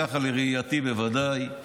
ככה לראייתי בוודאי,